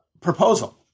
proposal